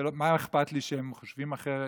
ומה אכפת לי שהם חושבים אחרת?